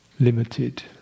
Limited